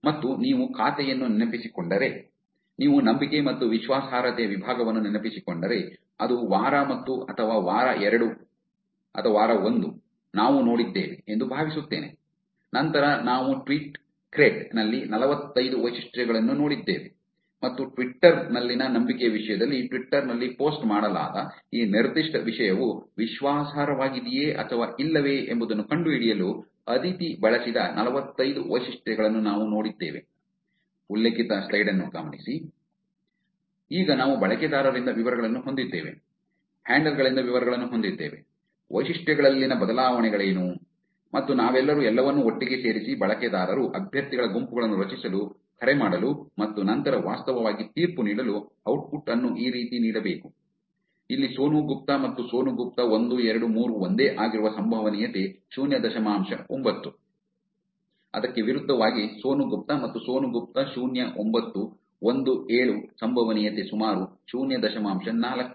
ಮತ್ತು ನೀವು ಖಾತೆಯನ್ನು ನೆನಪಿಸಿಕೊಂಡರೆ ನೀವು ನಂಬಿಕೆ ಮತ್ತು ವಿಶ್ವಾಸಾರ್ಹತೆಯ ವಿಭಾಗವನ್ನು ನೆನಪಿಸಿಕೊಂಡರೆ ಅದು ವಾರ ಒಂದು ಅಥವಾ ವಾರ ಎರಡು ನಾವು ನೋಡಿದ್ದೇವೆ ಎಂದು ಭಾವಿಸುತ್ತೇನೆ ನಂತರ ನಾವು ಟ್ವೀಟ್ ಕ್ರೆಡ್ ನಲ್ಲಿ ನಲವತ್ತೈದು ವೈಶಿಷ್ಟ್ಯಗಳನ್ನು ನೋಡಿದ್ದೇವೆ ಮತ್ತು ಟ್ವಿಟ್ಟರ್ ನಲ್ಲಿನ ನಂಬಿಕೆಯ ವಿಷಯದಲ್ಲಿ ಟ್ವಿಟ್ಟರ್ ನಲ್ಲಿ ಪೋಸ್ಟ್ ಮಾಡಲಾದ ಈ ನಿರ್ದಿಷ್ಟ ವಿಷಯವು ವಿಶ್ವಾಸಾರ್ಹವಾಗಿದೆಯೇ ಅಥವಾ ಇಲ್ಲವೇ ಎಂಬುದನ್ನು ಕಂಡುಹಿಡಿಯಲು ಅದಿತಿ ಬಳಸಿದ ನಲವತ್ತೈದು ವೈಶಿಷ್ಟ್ಯಗಳನ್ನು ನಾವು ನೋಡಿದ್ದೇವೆ ಆದ್ದರಿಂದ ಈಗ ನಾವು ಬಳಕೆದಾರರಿಂದ ವಿವರಗಳನ್ನು ಹೊಂದಿದ್ದೇವೆ ಹ್ಯಾಂಡಲ್ ಗಳಿಂದ ವಿವರಗಳನ್ನು ಹೊಂದಿದ್ದೇವೆ ವೈಶಿಷ್ಟ್ಯಗಳಲ್ಲಿನ ಬದಲಾವಣೆಗಳೇನು ಮತ್ತು ನಾವೆಲ್ಲರೂ ಎಲ್ಲವನ್ನೂ ಒಟ್ಟಿಗೆ ಸೇರಿಸಿ ಬಳಕೆದಾರರು ಅಭ್ಯರ್ಥಿಗಳ ಗುಂಪುಗಳನ್ನು ರಚಿಸಲು ಕರೆ ಮಾಡಲು ಮತ್ತು ನಂತರ ವಾಸ್ತವವಾಗಿ ತೀರ್ಪು ನೀಡಲು ಔಟ್ಪುಟ್ ಅನ್ನು ಈ ರೀತಿ ನೀಡಬೇಕು ಇಲ್ಲಿ ಸೋನು ಗುಪ್ತಾ ಮತ್ತು ಸೋನು ಗುಪ್ತಾ ಒಂದು ಎರಡು ಮೂರು ಒಂದೇ ಆಗಿರುವ ಸಂಭವನೀಯತೆ ಶೂನ್ಯ ದಶಮಾಂಶ ಒಂಬತ್ತು ಅದಕ್ಕೆ ವಿರುದ್ಧವಾಗಿ ಸೋನು ಗುಪ್ತಾ ಮತ್ತು ಸೋನು ಗುಪ್ತಾ ಶೂನ್ಯ ಒಂಬತ್ತು ಒಂದು ಏಳು ಸಂಭವನೀಯತೆ ಸುಮಾರು ಶೂನ್ಯ ದಶಮಾಂಶ ನಾಲ್ಕು